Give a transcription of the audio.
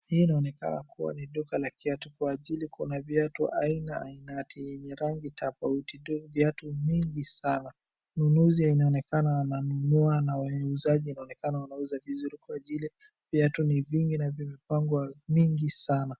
Hii inaonekana kuwa ni duka la kiatu kwa ajili kuna viatu aina ainati yenye rangi tofauti. Viatu mingi sana mnunuzi anaonekana ananunua na wauzaji inaonekana wanauza vizuri kwa ajili ya viatu ni vingi na vimepangwa mingi sana.